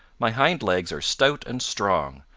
my hind legs are stout and strong,